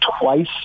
twice